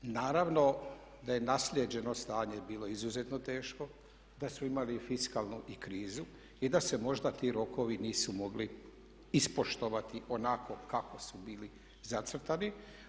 Naravno da je naslijeđeno stanje bilo izuzetno teško, da su imali fiskalnu i krizu i da se možda ti rokovi nisu mogli ispoštovati onako kako su bili zacrtani.